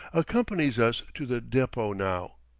accompanies us to the depot now.